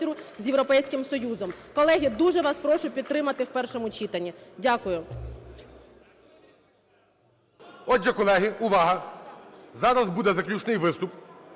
Отже, колеги, увага. Зараз буде заключний виступ.